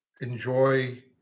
enjoy